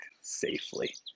safely